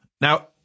Now